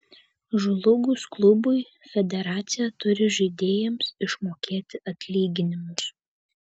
žlugus klubui federacija turi žaidėjams išmokėti atlyginimus